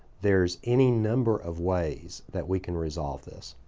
there's any number of ways that we can resolve this.